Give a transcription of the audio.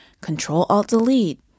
control-alt-delete